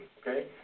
okay